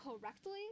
correctly